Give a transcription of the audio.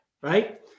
right